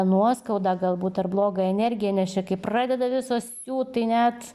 nuoskaudą galbūt ir blogą energiją nes čia kai pradeda visos siūt tai net